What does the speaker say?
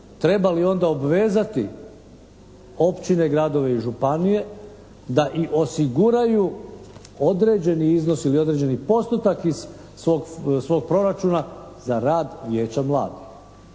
treba li onda obvezati općine, gradove i županije da i osiguraju određeni iznos ili određeni postotak iz svog proračuna za rad vijeća mladih.